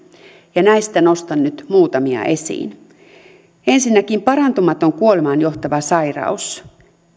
ja näistä nostan nyt muutamia esiin ensinnäkin parantumaton kuolemaan johtava sairaus